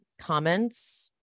comments